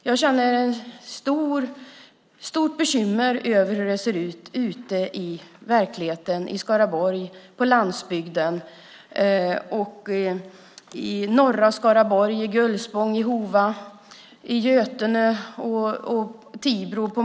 Jag är mycket bekymrad över hur det ser ut i verkligheten - på landsbygden, i norra Skaraborg, Gullspång, Hova, Götene och Tibro.